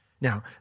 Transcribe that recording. Now